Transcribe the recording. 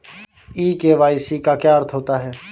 ई KYC का क्या अर्थ होता है?